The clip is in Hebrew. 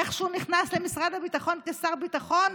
איך שהוא נכנס למשרד הביטחון כשר ביטחון,